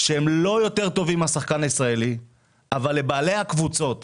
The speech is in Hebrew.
שהם לא יותר טובים מהשחקן הישראלי אבל לבעלי הקבוצות